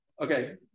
Okay